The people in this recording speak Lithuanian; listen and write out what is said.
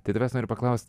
tai tavęs noriu paklausti